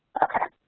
okay.